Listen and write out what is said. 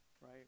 right